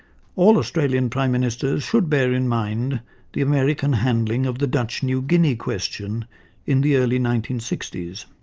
all australian prime ministers should bear in mind the american handling of the dutch new guinea question in the early nineteen sixty s.